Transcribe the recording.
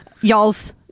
y'all's